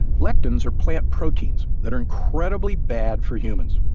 lectins are plant proteins that are incredibly bad for humans.